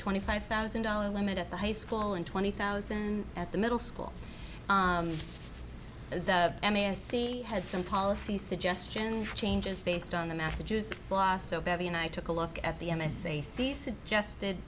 twenty five thousand dollars limit at the high school and twenty thousand at the middle school the m a s c had some policy suggestions changes based on the massachusetts law so betty and i took a look at the n s a see suggested